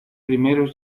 primeros